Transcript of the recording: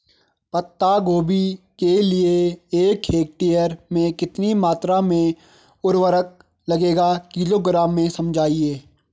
पत्ता गोभी के लिए एक हेक्टेयर में कितनी मात्रा में उर्वरक लगेगा किलोग्राम में समझाइए?